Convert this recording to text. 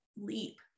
leap